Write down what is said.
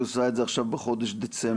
היא עושה את זה עכשיו בחודש דצמבר.